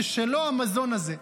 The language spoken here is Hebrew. ששלו המזון הזה.